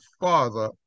father